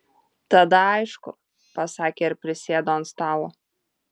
tada aišku pasakė ir prisėdo ant stalo